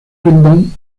rendón